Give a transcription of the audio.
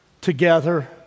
together